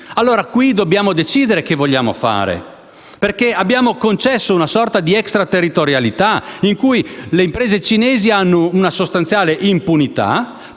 Allora dobbiamo decidere cosa vogliamo fare, perché abbiamo concesso una sorta di extraterritorialità in cui le imprese cinesi hanno una sostanziale impunità